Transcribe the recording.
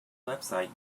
website